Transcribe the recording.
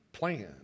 plan